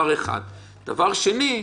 דבר שני,